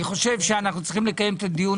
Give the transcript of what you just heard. אני חושב שאנחנו צריכים לקיים את הדיון